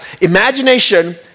imagination